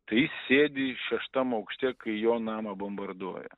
tai jis sėdi šeštam aukšte kai jo namą bombarduoja